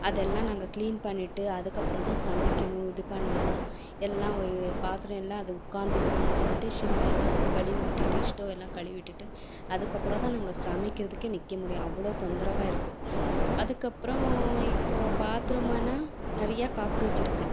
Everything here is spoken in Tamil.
அதெல்லாம் நாங்கள் கிளீன் பண்ணிட்டு அதுக்கு அப்புறம் தான் சமைக்கணும் இது பண்ணணும் எல்லாம் வ பாத்திரம் எல்லாம் அது உக்காந்துகிடும்னு சொல்லிட்டு சிங் எல்லாம் கழுவி விட்டுட்டு இஸ்டோவ் எல்லாம் கழுவி விட்டுட்டு அதுக்கு அப்புறம் தான் நாங்கள் சமைக்கிறதுக்கே நிற்க முடியும் அவ்வளோ தொந்தரவாக இருக்குது அதுக்கு அப்புறம் இப்போது பாத்ரூம் ஆனால் நிறைய காக்ரோச் இருக்குது